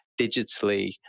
digitally